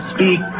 Speak